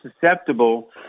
susceptible